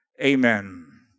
Amen